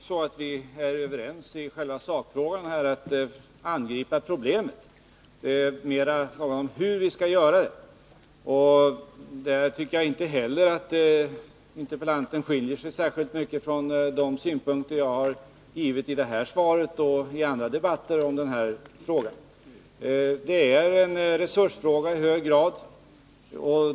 Fru talman! Vi är överens i själva sakfrågan när det gäller att angripa problemen. Det är mera en fråga om hur man skall göra det. Där tycker jag inte heller att interpellantens synpunkter skiljer sig särskilt mycket från de synpunkter som jag har gett i det här svaret och i andra debatter om denna fråga. Det är i hög grad en resursfråga.